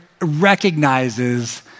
recognizes